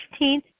15th